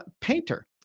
Painter